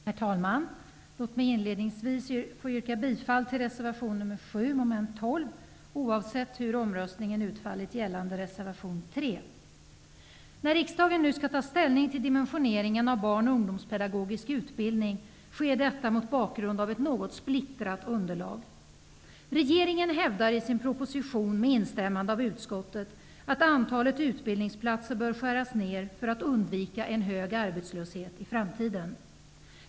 Herr talman! Låt mig inledningsvis få yrka bifall till reservation nr 7, mom. 12, oavsett hur omröstningen utfaller gällande reservation 3. När riksdagen nu skall ta ställning till dimensioneringen av barn och ungdomspedagogisk utbildning sker detta mot bakgrund av ett något splittrat underlag. Regeringen hävdar i sin proposition, med instämmande av utskottets majoritet, att antalet utbildningsplatser bör skäras ner för att undvika en hög arbetslöshet i framtiden.